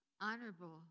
honorable